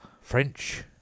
French